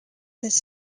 this